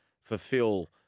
fulfill